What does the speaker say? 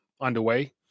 underway